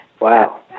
Wow